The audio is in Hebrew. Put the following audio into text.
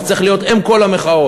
צריך להיות אם כל המחאות,